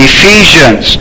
Ephesians